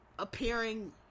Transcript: appearing